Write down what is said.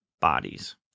bodies